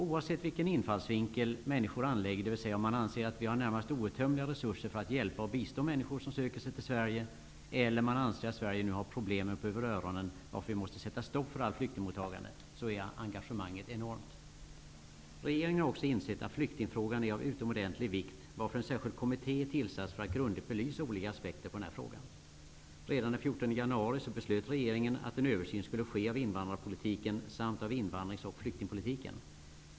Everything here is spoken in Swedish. Oavsett vilken infallsvinkel människor anlägger, dvs. om man anser att vi i Sverige har närmast outtömliga resurser för att hjälpa och bistå människor som söker sig till Sverige, eller om man anser att vi i Sverige nu har problem upp över öronen och att vi måste sätta stopp för allt flyktingmottagande, är engagemanget enormt stort. Regeringen har också insett att flyktingfrågan är av utomordentligt stor vikt. Därför är en särskild kommitté tillsatt för att grundligt belysa olika aspekter i den här frågan. Redan den 14 januari beslöt regeringen att en översyn av invandrarpolitiken och av invandrings och flyktingpolitiken skulle ske.